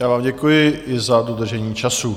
Já vám děkuji i za dodržení času.